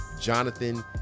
Jonathan